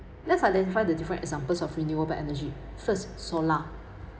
let's identify the different examples of renewable energy first solar